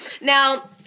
Now